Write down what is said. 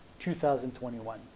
2021